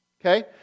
Okay